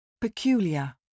Peculiar